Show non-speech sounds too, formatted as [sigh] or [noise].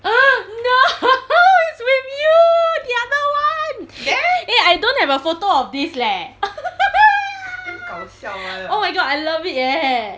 [breath] no it's with you the other [one] [breath] eh I don't have a photo of this leh [laughs] [breath] oh my god I love it ya